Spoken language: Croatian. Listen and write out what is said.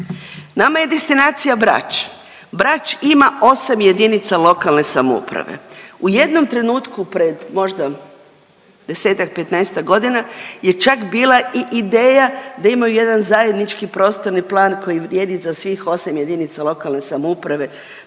Nama je destinacija Brač, Brač ima 8 jedinica lokalne samouprave. U jednom trenutku pred možda 10-ak, 15-ak godina je čak bila i ideja da imaju jedan zajednički prostorni plan koji vrijedi za svih 8 jedinica lokalne samouprave,